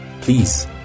Please